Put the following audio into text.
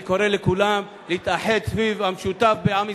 אני קורא לכולם להתאחד סביב המשותף בעם ישראל,